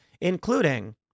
including